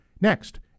next